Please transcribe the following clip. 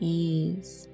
ease